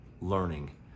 learning